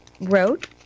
wrote